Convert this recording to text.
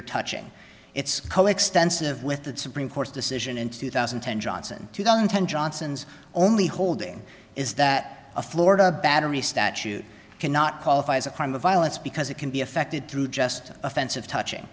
mere touching it's coextensive with the supreme court's decision in two thousand and ten johnson two thousand and ten johnson's only holding is that a florida battery statute cannot qualify as a crime of violence because it can be effected through just an offensive touching